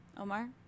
Omar